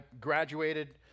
graduated